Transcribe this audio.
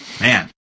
man